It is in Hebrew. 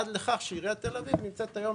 עד לכך שעיריית תל אביב נמצאת היום,